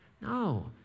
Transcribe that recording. No